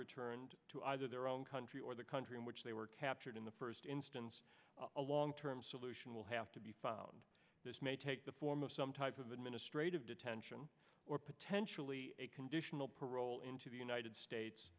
returned to either their own country or the country in which they were captured in the first instance a long term solution will have to be filed and this may take the form of some type of administrative detention or potentially a conditional parole into the united states